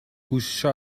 گوشیشو